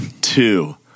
Two